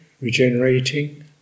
regenerating